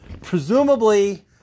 presumably